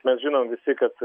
mes žinom visi kad